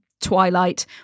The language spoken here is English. twilight